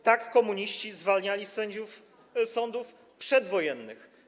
Tak komuniści zwalniali sędziów sądów przedwojennych.